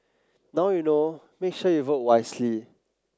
now you know make sure you vote wisely